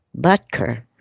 Butker